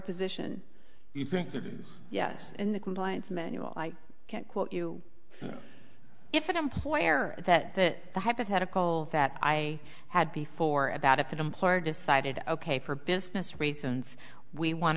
position yes in the compliance manual i can't quote you if an employer that that the hypothetical that i had before about if an employer decided ok for business reasons we want